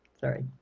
Sorry